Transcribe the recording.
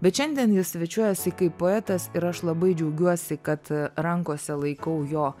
bet šiandien jis svečiuojasi kaip poetas ir aš labai džiaugiuosi kad rankose laikau jo